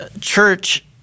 church